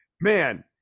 man